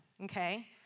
Okay